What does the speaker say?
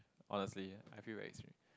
honestly I feel very extreme